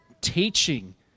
teaching